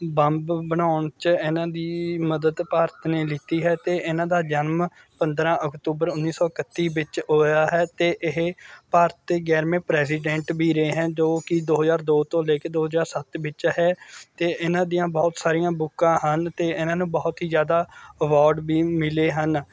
bomb ਬਣਾਉਣ 'ਚ ਇਹਨਾਂ ਦੀ ਮਦਦ ਭਾਰਤ ਨੇ ਲੀਤੀ ਹੈ ਅਤੇ ਇਹਨਾਂ ਦਾ ਜਨਮ ਪੰਦਰ੍ਹਾਂ ਅਕਤੂਬਰ ਉੱਨੀ ਸੌ ਇਕੱਤੀ ਵਿੱਚ ਹੋਇਆ ਹੈ ਅਤੇ ਇਹ ਭਾਰਤ ਦੇ ਗਿਆਰਵੇਂ ਪ੍ਰੈਸੀਡੈਂਟ ਵੀ ਰਹੇ ਹੈ ਜੋ ਕਿ ਦੋ ਹਜ਼ਾਰ ਦੋ ਤੋਂ ਲੈ ਕੇ ਦੋ ਹਜ਼ਾਰ ਸੱਤ ਵਿੱਚ ਹੈ ਅਤੇ ਇਹਨਾਂ ਦੀਆਂ ਬਹੁਤ ਸਾਰੀਆਂ ਬੁੱਕਾਂ ਹਨ ਅਤੇ ਇਹਨਾਂ ਨੂੰ ਬਹੁਤ ਹੀ ਜ਼ਿਆਦਾ ਅਵਾਰਡ ਵੀ ਮਿਲੇ ਹਨ